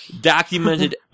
documented